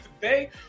today